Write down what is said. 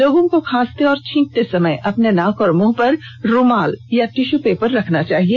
लोगों को खांसते और छींकते समय अपने नाक और मुंह पर रूमाल या टिश्यू पेपर रखना चाहिए